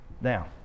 Now